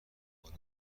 مورد